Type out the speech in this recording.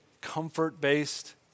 comfort-based